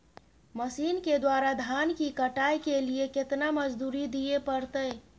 Machine के द्वारा धान की कटाइ के लिये केतना मजदूरी दिये परतय?